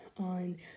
on